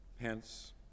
Hence